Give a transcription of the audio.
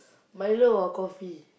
Milo or coffee